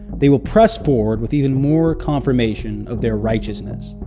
they will press forward with even more confirmation of their righteousness.